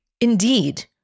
Indeed